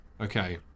Okay